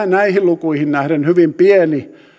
näihin lukuihin nähden hyvin pieni